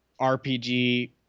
RPG